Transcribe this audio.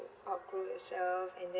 outgrow yourself and then